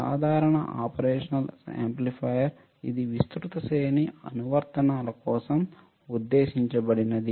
సాధారణ operation amplifier ఇది విస్తృత శ్రేణి అనువర్తనాల కోసం ఉద్దేశించబడింది